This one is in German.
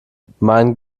mein